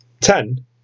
Ten